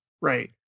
Right